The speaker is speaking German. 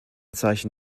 zeichen